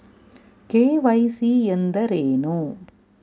KYC ಎಂದರೇನು?